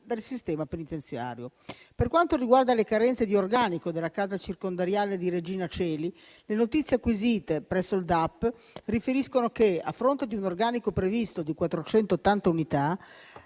dal sistema penitenziario. Per quanto riguarda le carenze di organico della casa circondariale di Regina Coeli, le notizie acquisite presso il DAP riferiscono che, a fronte di un organico previsto di 480 unità,